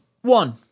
one